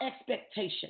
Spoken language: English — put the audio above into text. expectation